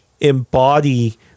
embody